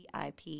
VIP